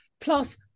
Plus